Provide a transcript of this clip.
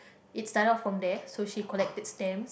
it start of from there so she collected stamps